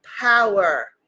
power